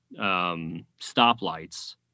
stoplights